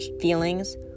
feelings